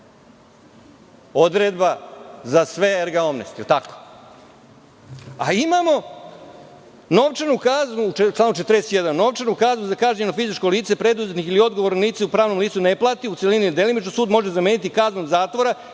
Odredba za sve erga omnes, da li je tako? Imamo novčanu kaznu u članu 41, novčanu kaznu za kažnjeno fizičko lice, preduzetnik ili odgovorno lice pravnom licu ne plati u celini ili delimično, sud može zameniti kaznom zatvora,